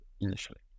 initially